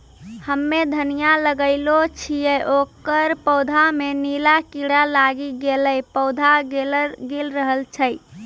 हम्मे धनिया लगैलो छियै ओकर पौधा मे नीला कीड़ा लागी गैलै पौधा गैलरहल छै?